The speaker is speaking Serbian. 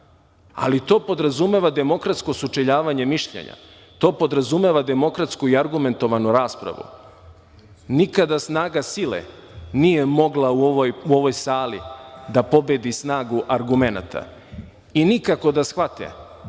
ali to podrazumeva demokratsko sučeljavanje mišljenja, to podrazumeva demokratsku i argumentovanu raspravu. Nikada snaga sile nije mogla u ovoj sali da pobedi snagu argumenata. Nikako da shvate